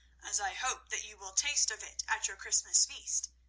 as i hope that you will taste of it at your christmas feast.